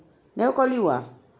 never call you ah